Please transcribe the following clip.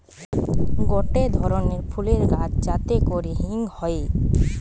গটে ধরণের ফুলের গাছ যাতে করে হিং হয়ে